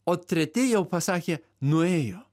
o treti jau pasakė nuėjo